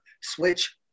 switch